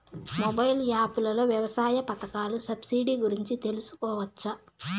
Mobile app లో వ్యవసాయ పథకాల సబ్సిడి గురించి తెలుసుకోవచ్చా?